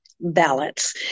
balance